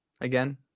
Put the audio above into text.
again